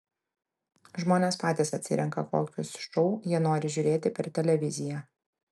žmonės patys atsirenka kokius šou jie nori žiūrėti per televiziją